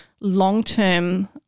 long-term